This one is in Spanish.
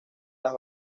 las